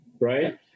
right